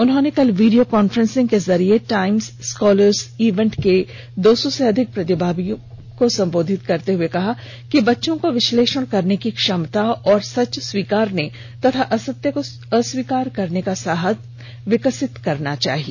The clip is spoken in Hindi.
उन्होंने कल वीडियो कॉन्फ्रेंसिंग के जरिए टाइम्स स्कॉलर्स इवेंट के दो सौ से अधिक प्रतिभागियों को संबोधित करते हुए कहा कि बच्चों को विश्लेषण करने की क्षमता और सच स्वीकारने तथा असत्य को अस्वीकार करने का साहस विकसित करना चाहिए